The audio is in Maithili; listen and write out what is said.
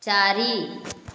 चारि